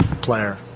player